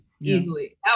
Easily